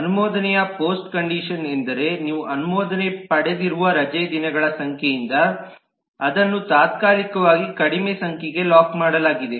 ಅನುಮೋದನೆಯ post condition ಎಂದರೆ ನೀವು ಅನುಮೋದನೆ ಪಡೆದಿರುವ ರಜೆ ದಿನಗಳ ಸಂಖ್ಯೆಯಿಂದ ಅದನ್ನು ತಾತ್ಕಾಲಿಕವಾಗಿ ಕಡಿಮೆ ಸಂಖ್ಯೆಗೆ ಲಾಕ್ ಮಾಡಲಾಗಿದೆ